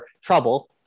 trouble